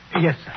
Yes